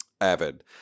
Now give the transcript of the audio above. Avid